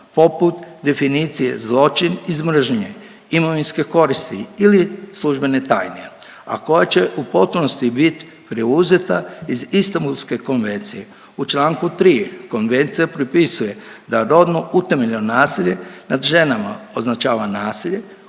poput definicije zločin iz mržnje, imovinske koristi ili službene tajne, a koja će u potpunosti biti preuzeta iz Istambulske konvencije. U čl. 3 Konvencija propisuje da rodno utemeljeno nasilje nad ženama označava nasilje